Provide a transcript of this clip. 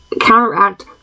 counteract